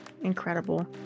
Incredible